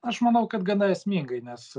aš manau kad gana esmingai nes